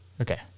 Okay